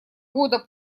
года